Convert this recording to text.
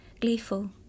gleeful